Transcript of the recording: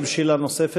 האם יש שאלה נוספת?